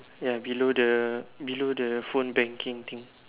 ya below the below the phone banking thing